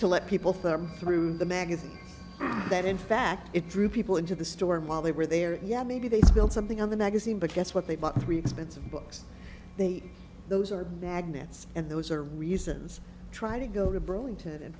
to let people thought through the magazine that in fact it drew people into the store and while they were there yeah maybe they spilled something on the magazine but guess what they bought three expensive books they those are magnets and those are reasons try to go to burlington and